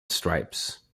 stripes